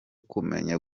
kumenya